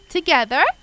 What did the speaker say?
Together